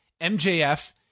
MJF